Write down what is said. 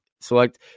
select